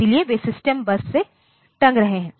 इसलिए वे सिस्टम बस से टंग रहे हैं